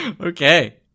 okay